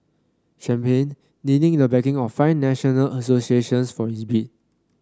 champagne needing the backing of five national associations for his bid